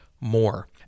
more